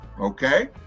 Okay